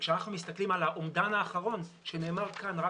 וכשאנחנו מסתכלים על האומדן האחרון שנאמר כאן רק